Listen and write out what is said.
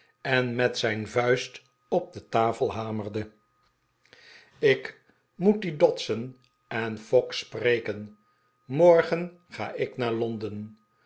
en met zijn vuist op de tafel hamerde de pickwick club ik moet die dodson en fogg spreken morgen ga ik naar londen